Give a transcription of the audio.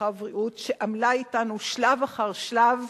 הרווחה והבריאות, שעמלה אתנו שלב אחר שלב,